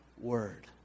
word